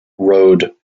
road